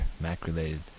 Mac-related